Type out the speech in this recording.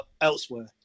elsewhere